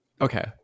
okay